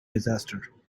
disaster